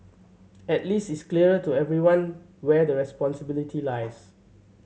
at least it's clearer to everyone where the responsibility lies